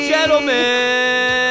Gentlemen